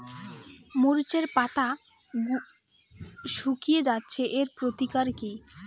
মরিচের পাতা শুকিয়ে যাচ্ছে এর প্রতিকার কি?